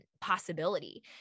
possibility